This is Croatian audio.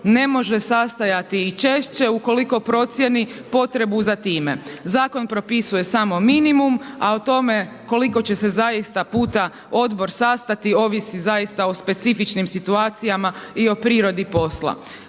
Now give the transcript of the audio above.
ne može sastajati i češće ukoliko procijeni potrebu za time. Zakon propisuje samo minimum, a o tome koliko će se zaista puta odbor sastati ovisi zaista o specifičnim situacijama i o prirodi posla.